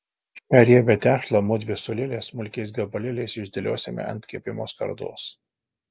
šią riebią tešlą mudvi su lile smulkiais gabalėliais išdėliosime ant kepimo skardos